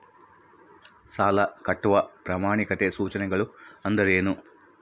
ಸಾಲ ಕಟ್ಟಾಕ ಪ್ರಮಾಣಿತ ಸೂಚನೆಗಳು ಅಂದರೇನು?